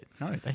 No